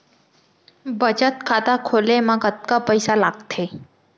बचत खाता खोले मा कतका पइसा लागथे?